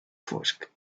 fosc